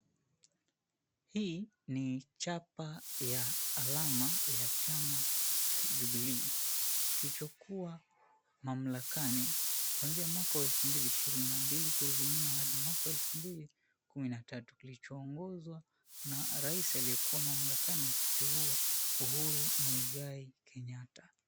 Hii ni chapa ya alama ya chama cha Jubilee, kilichokuwa mamlakani kuanzia mwaka wa 2022 kurudi nyuma hadi mwaka wa 2013. Kilichoongozwa na rais, aliyekuwa mamlakani wakati huo, Uhuru Muigai Kenyatta.